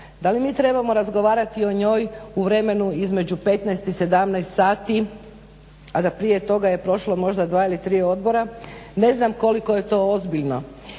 da li mi trebamo razgovarati o njoj u vremenu između 15 i 17 sati, a da prije toga je prošlo 2 ili 3 odbora, ne znam koliko je to ozbiljno.